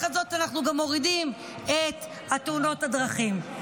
הזאת אנחנו גם מורידים את תאונות הדרכים.